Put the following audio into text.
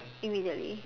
immediately